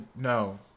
no